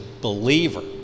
believer